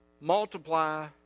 Multiply